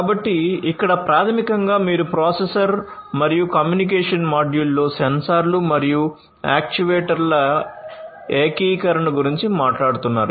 కాబట్టి ఇక్కడ ప్రాథమికంగా మీరు ప్రాసెసర్ మరియు కమ్యూనికేషన్ మాడ్యూల్తో సెన్సార్లు మరియు యాక్యుయేటర్ల ఏకీకరణ గురించి మాట్లాడుతున్నారు